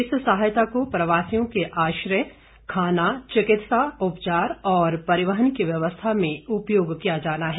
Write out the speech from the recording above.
इस सहायता को प्रवासियों के आश्रय खाना चिकित्सा उपचार और परिवहन की व्यवस्था में उपयोग किया जाना है